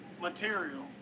material